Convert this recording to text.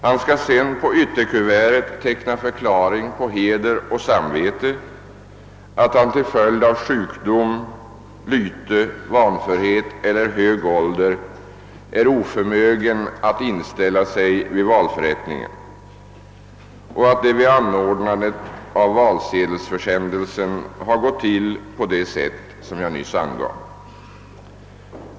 Han skall sedan på ytterkuvertet teckna förklaring på heder och samvete att han till följd av sjukdom, lyte, vanförhet eller hög ålder är oförmögen att inställa sig vid valförrättningen och att det vid anordnandet av valsedelsförsändelsen gått till på det sätt som jag nyss angav.